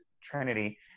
Trinity